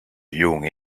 young